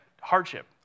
hardship